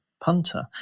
punter